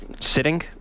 sitting